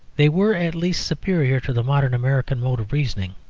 they were at least superior to the modern american mode of reasoning.